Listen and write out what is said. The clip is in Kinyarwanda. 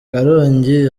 karongi